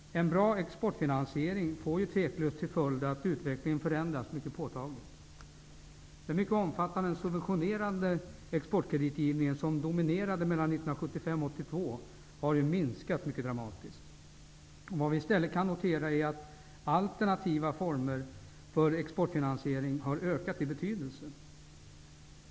En bra exportfinansiering får tveklöst till följd att utvecklingen förändras mycket påtagligt. 1975 och 1982, har minskat dramatiskt. Vad vi i stället kan notera är att alternativa former för exportfinansiering har ökat i betydelse.